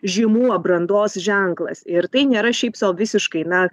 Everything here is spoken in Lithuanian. žymuo brandos ženklas ir tai nėra šiaip sau visiškai na